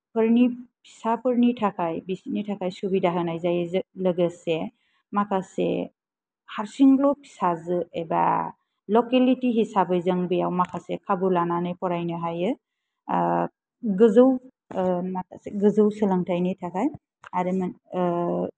फोरनि फिसाफोरनि थाखाय बिसोरनि थाखाय सुबिदा होनाय जायो लोगोसे माखासे हारसिंल' फिसाजो एबा लकेलिति हिसाबै जों बेयाव माखासे खाबु लानानै फरायनो हायो गोजौ मा गोजौ सोलोंथाइनि थाखाय आरो